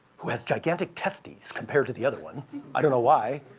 who has gigantic testes compared to the other one i don't know why.